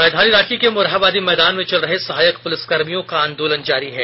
राजधानी रांची के मोरहाबादी मैदान में चल रहे सहायक पुलिसकर्मियों का आंदोलन जारी है